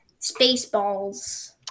Spaceballs